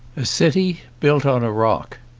a city built on a rock